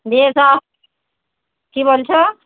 বিয়ে থা কী বলছো